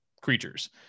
creatures